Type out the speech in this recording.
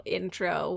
intro